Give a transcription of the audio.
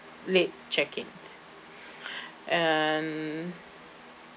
late check in and